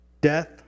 Death